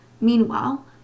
Meanwhile